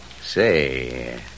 Say